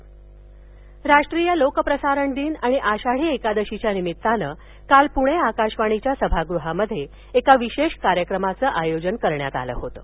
लोकप्रसारक दिन राष्ट्रीय लोक प्रसारण दिन आणि आषाढी एकादशीच्या निमित्तानं काल पूणे आकाशवाणीच्या सभागृहामध्ये एका विशेष कार्यक्रमाचं आयोजन करण्यात आलं होतं